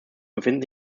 befinden